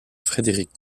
frédéric